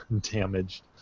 damaged